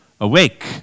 awake